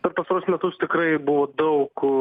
per pastaruosius metus tikrai buvo daug